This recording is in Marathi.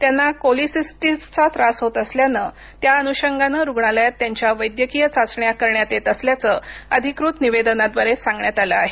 त्यांना कोलिसिस्टिसचा त्रास होत असल्यानं त्याअनुषंगानं रुग्णालयात त्यांच्या वैद्यकीय चाचण्या करण्यात येत असल्याचं अधिकृत निवेदनाद्वारे सांगण्यात आलं आहे